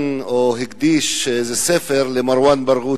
שהקדיש איזה ספר למרואן ברגותי.